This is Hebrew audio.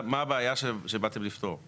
מה הבעיה שבאתם לפתור?